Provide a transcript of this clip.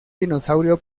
dinosaurio